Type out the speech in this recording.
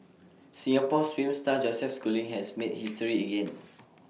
Singapore swim star Joseph schooling has made history again